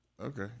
Okay